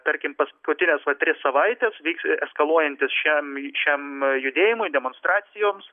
tarkim paskutines tris savaites visi eskaluojantis šiam šiam judėjimui demonstracijoms